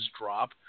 drop